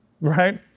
right